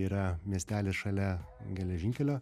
yra miestelis šalia geležinkelio